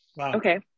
okay